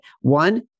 One